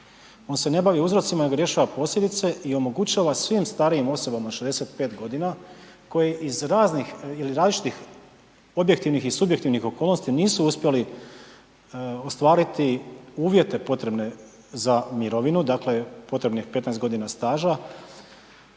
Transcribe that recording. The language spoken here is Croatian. on se ne bavi uzrocima nego rješava posljedice i omogućava svim starijim osobama od 65.g. koji iz raznih ili različitih objektivnih i subjektivnih okolnosti nisu uspjeli ostvariti uvjete potrebne za mirovinu, dakle, potrebnih 15.g. staža,